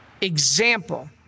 example